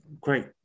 great